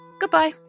Goodbye